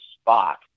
spot